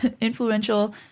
influential